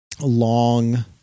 long